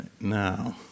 Now